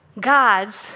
God's